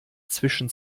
zwischen